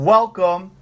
Welcome